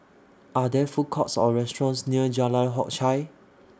Are There Food Courts Or restaurants near Jalan Hock Chye